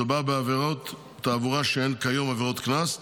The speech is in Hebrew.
מדובר בעבירות תעבורה שהן כיום עבירות קנס,